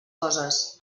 coses